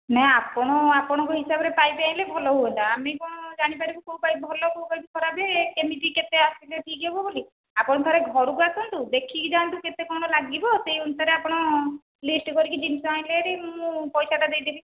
ନା ଆପଣ ଆପଣଙ୍କ ହିସାବରେ ପାଇପ୍ ଆଣିଲେ ଭଲ ହୁଅନ୍ତା ଆମେ କ'ଣ ଜାଣିପାରିବୁ କେଉଁ ପାଇପ୍ ଭଲ କେଉଁ ପାଇପ୍ ଖରାପ କେମିତି କେତେ ଆସିଲେ ଠିକ୍ ହେବ ବୋଲି ଆପଣ ଥରେ ଘରକୁ ଆସନ୍ତୁ ଦେଖିକି ଯାଆନ୍ତୁ କେତେ କ'ଣ ଲାଗିବ ସେହି ଅନୁସାରେ ଆପଣ ଲିଷ୍ଟ୍ କରିକି ଜିନିଷ ଆଣିଲେ ହେରି ମୁଁ ପଇସାଟା ଦେଇଦେବି